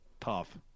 Tough